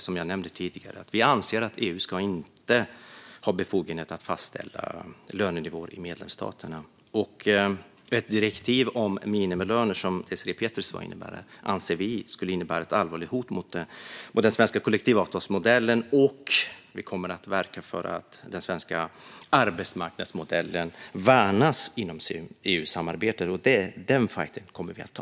Som jag nämnde tidigare anser vi att EU inte ska ha befogenhet att fastställa lönenivåer i medlemsstaterna. Ett direktiv om minimilöner anser vi skulle innebära ett allvarligt hot mot den svenska kollektivavtalsmodellen. Vi kommer att verka för att den svenska arbetsmarknadsmodellen värnas inom EU-samarbetet. Den fajten kommer vi att ta.